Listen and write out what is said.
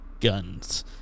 guns